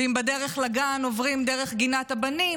ואם בדרך לגן עוברים דרך גינת הבנים,